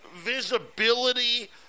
visibility